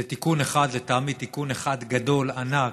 זה תיקון אחד, לטעמי, תיקון אחד גדול, ענק,